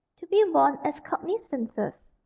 to be worn as cognizances.